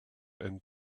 and